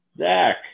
Zach